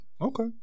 Okay